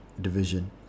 division